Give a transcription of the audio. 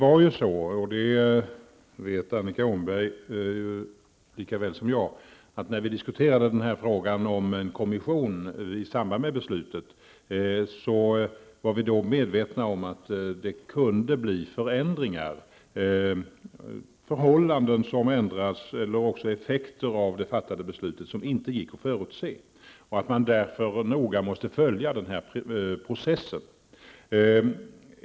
Fru talman! Annika Åhnberg vet lika väl som jag att när frågan om tillsättandet av en kommission diskuterades i samband med beslutet var vi medvetna om att det kunde bli förändringar -- ändrade förhållanden eller icke förutsebara effekter av det fattade beslutet. Därför är det nödvändigt att man noga följer denna process.